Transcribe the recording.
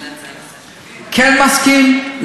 כן מסכים,